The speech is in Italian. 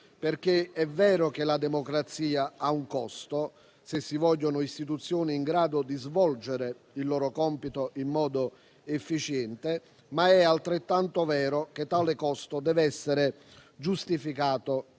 perché è vero che la democrazia ha un costo se si vogliono istituzioni in grado di svolgere il loro compito in modo efficiente, ma è altrettanto vero che tale costo deve essere giustificato